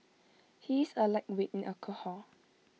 he is A lightweight in alcohol